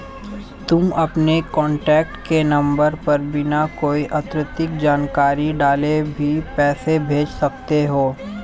तुम अपने कॉन्टैक्ट के नंबर पर बिना कोई अतिरिक्त जानकारी डाले भी पैसे भेज सकते हो